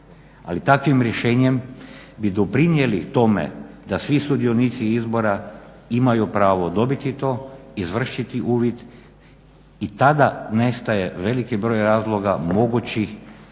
Ali takvim rješenjem bi doprinijeli tome da svi sudionici izbora imaju pravo dobiti to, izvršiti uvid i tada nestaje veliki broj razloga mogućih